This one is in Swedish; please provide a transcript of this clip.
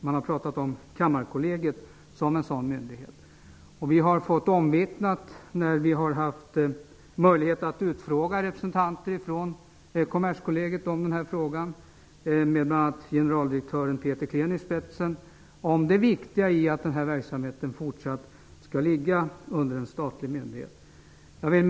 Man har talat om Kammarkollegiet som en sådan myndighet. När vi har haft möjlighet att utfråga representanter från Peter Kleen i spetsen -- om den här frågan har vi fått omvittnat det viktiga i att verksamheten skall fortsätta att ligga under en statlig myndighet. Herr talman!